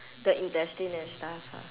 the intestine and stuff ah